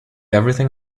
everything